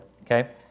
Okay